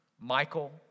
Michael